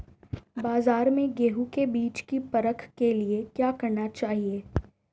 बाज़ार में गेहूँ के बीज की परख के लिए क्या करना चाहिए?